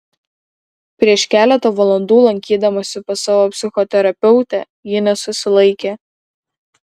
prieš keletą valandų lankydamasi pas savo psichoterapeutę ji nesusilaikė